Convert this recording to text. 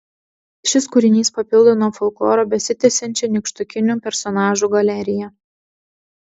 šis kūrinys papildo nuo folkloro besitęsiančią nykštukinių personažų galeriją